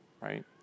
right